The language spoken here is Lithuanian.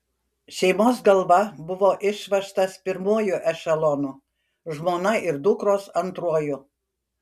šeimos galva buvo išvežtas pirmuoju ešelonu žmona ir dukros antruoju